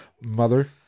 Mother